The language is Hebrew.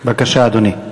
בבקשה, אדוני.